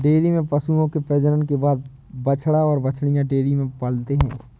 dairy में पशुओं के प्रजनन के बाद बछड़ा और बाछियाँ डेयरी में पलते हैं